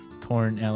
Torn